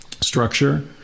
structure